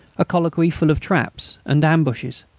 a colloquy full of traps and ambushes,